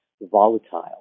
volatile